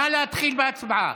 נא להתחיל בהצבעה.